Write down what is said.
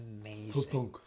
amazing